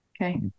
Okay